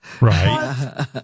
Right